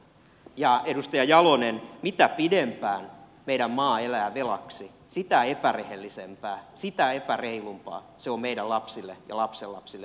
ja edustaja jalonen mitä pidempään meidän maamme elää velaksi sitä epärehellisempää sitä epäreilumpaa se on meidän lapsillemme ja lapsenlapsillemme